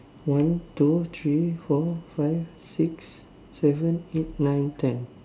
one two three four five six seven eight nine ten